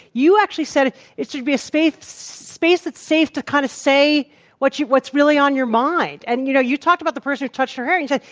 you actually said it should be a space space that's safe to kind of say what you what's really on your mind. and you know, you talked about the person who touched her hair. and you yeah